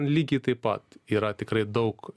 lygiai taip pat yra tikrai daug